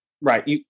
Right